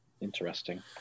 Interesting